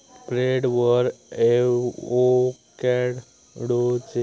ब्रेडवर एवोकॅडोचे तुकडे ठेवा वर ग्रील्ड चिकन स्लाइस ठेवा